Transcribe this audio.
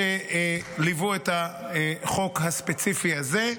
שליוו את החוק הספציפי הזה.